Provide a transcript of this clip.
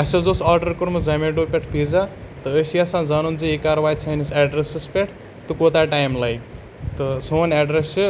اَسِہ حظ اوس آرڈر کوٚرمُت زومیٹو پٮ۪ٹھ پیٖزا تہٕ أسۍ چھِ یَژھان زانُن زِ یہِ کَر واتہِ سٲنِس اٮ۪ڈرَسَس پٮ۪ٹھ تہٕ کوٗتاہ ٹایم لَگہِ تہٕ سون اٮ۪ڈرَس چھِ